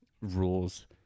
rules